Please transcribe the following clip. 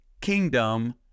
kingdom